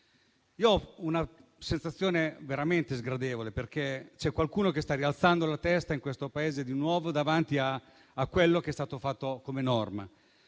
Ho una sensazione veramente sgradevole, perché qualcuno sta rialzando la testa in questo Paese di nuovo davanti a quello che è stato fatto a